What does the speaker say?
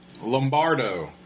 Lombardo